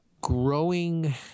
growing